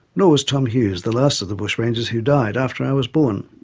nor was tom hughes, the last of the bushrangers, who died after i was born.